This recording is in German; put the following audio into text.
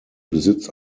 besitzt